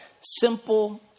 simple